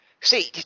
See